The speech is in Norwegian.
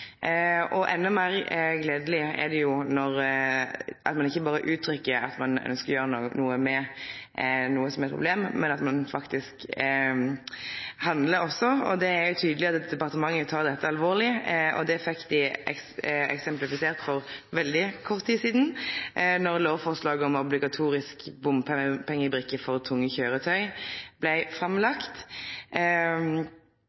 fora. Enda meir gledeleg er det at ein ikkje berre uttrykkjer at ein ønskjer å gjere noko med noko som er eit problem, men at ein faktisk også handlar. Det er tydeleg at departementet tek dette alvorlig, noko dei eksemplifiserte for veldig kort tid sidan, da lovforslaget om obligatorisk bompengebrikke for tunge